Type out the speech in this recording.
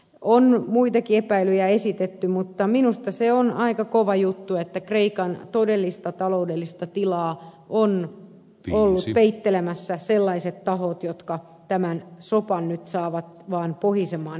on muitakin epäilyjä esitetty mutta minusta se on aika kova juttu että kreikan todellista taloudellista tilaa ovat olleet peittelemässä sellaiset tahot jotka tämän sopan nyt saavat vain porisemaan enemmän